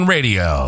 Radio